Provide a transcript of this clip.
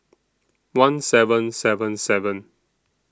one seven seven seven